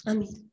Amen